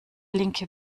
linke